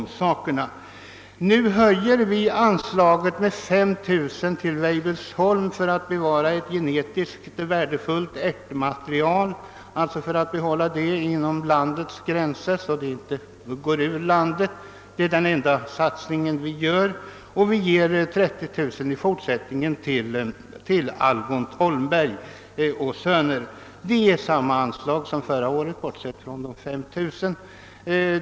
Nu höjer vi anslaget till Weibullsholm med 5 000 kronor för att bevara ett genetiskt värdefullt ärtmaterial, alltså för att behålla det inom landets gränser, så att det inte går ur landet — det är den enda satsningen vi gör — och vi ger 30000 kronor till Algot Holmberg och Söner. Detta innebär samma anslag som förra året, bortsett från de 5 000 kronorna.